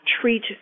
treat